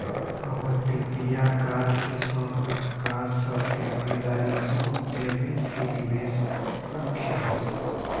हमर पितिया कार के शौख में कार सभ के खरीदारी में बहुते बेशी निवेश कलखिंन्ह